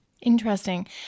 Interesting